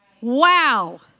Wow